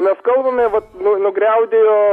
mes kalbame vat nugriaudėjo